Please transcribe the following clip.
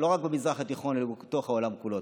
לא רק במזרח התיכון אלא בעולם כולו.